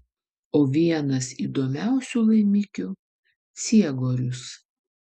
o vienas įdomiausių laimikių ciegorius